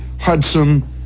Hudson